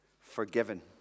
forgiven